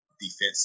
defensive